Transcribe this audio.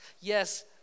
yes